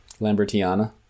lambertiana